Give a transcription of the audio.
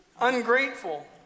Ungrateful